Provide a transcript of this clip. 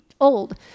old